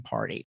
Party